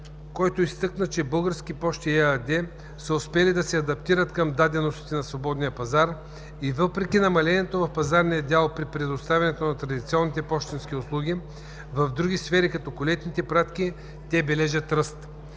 Той изтъкна, че „Български пощи“ ЕАД са успели да се адаптират към даденостите на свободния пазар и въпреки намалението в пазарния дял при предоставяне на традиционните пощенски услуги в други сфери, като колетните пратки, те бележат ръст.